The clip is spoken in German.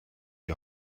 die